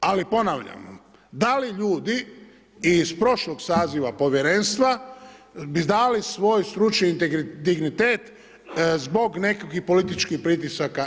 Ali ponavljam vam, da li ljudi iz prošlog saziva Povjerenstva bi dali svoj stručni dignitet zbog nekakvih političkih pritisaka?